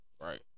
Right